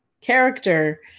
character